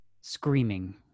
Screaming